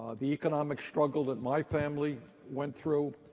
the economic struggle that my family went through,